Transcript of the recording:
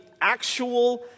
actual